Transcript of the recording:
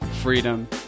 freedom